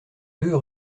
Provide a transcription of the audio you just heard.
deux